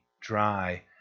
dry